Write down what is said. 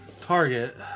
Target